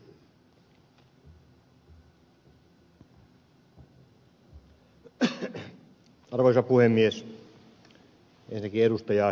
ensinnäkin ed